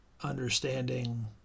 understanding